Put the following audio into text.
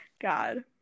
god